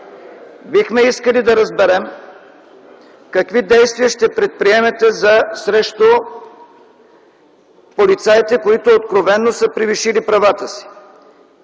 Бихме искали да разберем какви действия ще предприемете срещу полицаите, които откровено са превишили правата си.